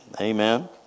Amen